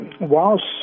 whilst